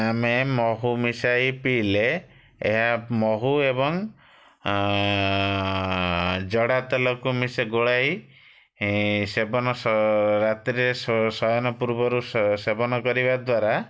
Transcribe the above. ଆମେ ମହୁ ମିଶାଇ ପିଇଲେ ଏହା ମହୁ ଏବଂ ଜଡ଼ା ତେଲକୁ ମିଶା ଗୋଳାଇ ସେବନ ସ ରାତିରେ ଶ ଶୟନ ପୂର୍ବରୁ ସ ସେବନ କରିବା ଦ୍ୱାରା